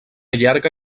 llarga